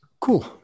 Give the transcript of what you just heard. Cool